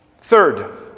Third